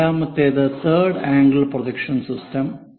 രണ്ടാമത്തേത് third angle projection സിസ്റ്റമാണ്